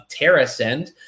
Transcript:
TerraSend